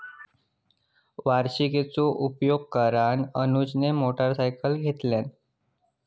वार्षिकीचो उपयोग करान अनुजने मोटरसायकल घेतल्यान